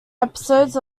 episodes